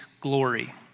glory